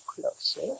closer